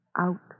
Out